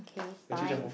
okay fine